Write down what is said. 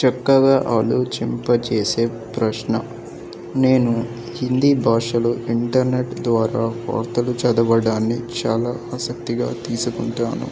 చక్కగా ఆలుచంపచేసే ప్రశ్న నేను హిందీ భాషలో ఇంటర్నెట్ ద్వారా వార్తలు చదవడాన్ని చాలా ఆసక్తిగా తీసుకుంటాను